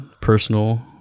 personal